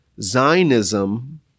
Zionism